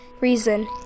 reason